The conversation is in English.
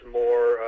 more